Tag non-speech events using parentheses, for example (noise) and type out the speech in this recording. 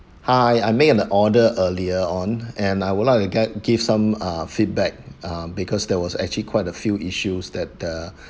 I made an order earlier on and I would a (noise) give some uh feedback uh because there was actually quite a few issues that the